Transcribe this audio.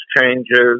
changes